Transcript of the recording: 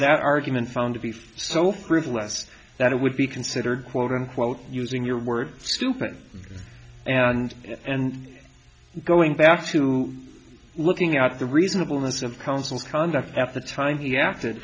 that argument found to be for so frivolous that it would be considered quote unquote using your word stupid and and going back to looking out the reasonableness of council conduct at the time he acted